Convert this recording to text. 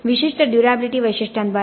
विशिष्ट ड्युर्याबिलिटी वैशिष्ट्यांद्वारे